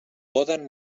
poden